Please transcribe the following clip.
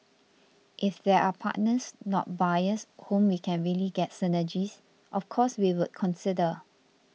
if there are partners not buyers whom we can really get synergies of course we would consider